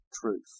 truth